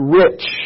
rich